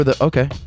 Okay